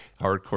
hardcore